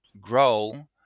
grow